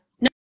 no